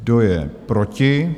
Kdo je proti?